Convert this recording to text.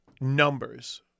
numbers